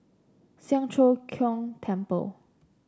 Siang Cho Keong Temple